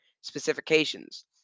specifications